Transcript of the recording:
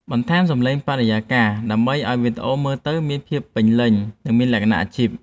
បន្ថែមសំឡេងបរិយាកាសដើម្បីឱ្យវីដេអូមើលទៅមានភាពពេញលេញ និង មានលក្ខណៈអាជីព។